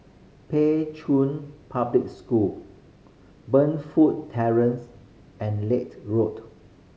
Pei Chun Public School Burnfoot Terrace and Road